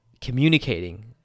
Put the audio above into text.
communicating